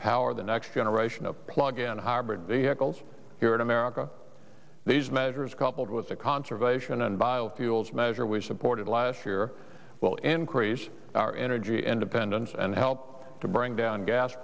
power the next generation of plug in hybrid vehicles here in america these measures coupled with the conservation and biofuels measure we supported last year will increase our energy independence and help to bring down gas